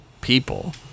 people